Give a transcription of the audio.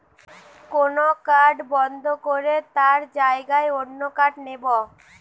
কোন কার্ড বন্ধ করে তার জাগায় অন্য কার্ড নেব